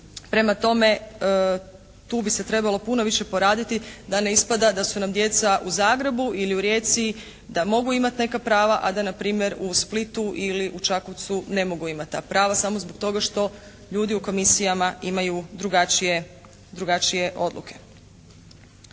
Prema tome tu bi se trebalo puno više poraditi da ne ispada da su nam djeca u Zagrebu ili u Rijeci. Da mogu imati neka prava, a da na primjer u Splitu ili u Čakovcu ne mogu imati ta prava samo zbog toga što ljudi u komisijama imaju drugačije,